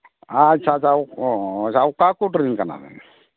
ᱟᱪᱪᱷᱟ ᱟᱪᱪᱷᱟ ᱚᱠᱟ ᱠᱳᱨᱴ ᱨᱮᱱ ᱠᱟᱱᱟ ᱵᱤᱱ